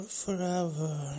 forever